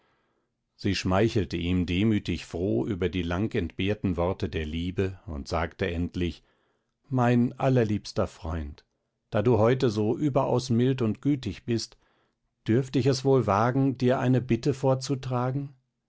sie schmeichelte ihm demütig froh über die lang entbehrten worte der liebe und sagte endlich mein allerliebster freund da du heute so überaus mild und gütig bist dürft ich es wohl wagen dir eine bitte vorzutragen